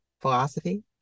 philosophy